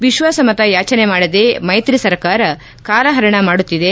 ವಿಶ್ವಾಸಮತ ಯಾಚನೆ ಮಾಡದೆ ಮೈತ್ರಿ ಸರ್ಕಾರ ಕಾಲ ಹರಣ ಮಾಡುತ್ತಿದೆ